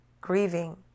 grieving